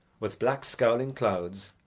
with black, scowling clouds,